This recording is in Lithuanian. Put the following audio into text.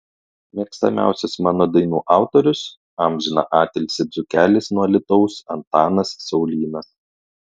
mėgstamiausias mano dainų autorius amžiną atilsį dzūkelis nuo alytaus antanas saulynas